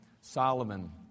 Solomon